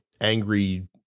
angry